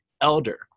Elder